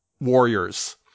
warriors